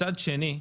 מצד שני,